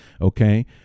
okay